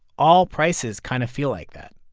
all prices kind of feel like that.